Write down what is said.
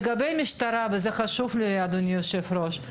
לגבי המשטרה, וזה חשוב לי אדוני היושב ראש.